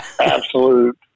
absolute